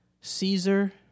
Caesar